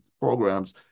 programs